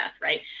right